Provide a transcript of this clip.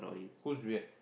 who's weird